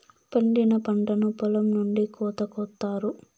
పండిన పంటను పొలం నుండి కోత కొత్తారు